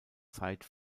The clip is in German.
zeit